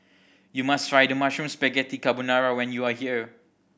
you must try the Mushroom Spaghetti Carbonara when you are here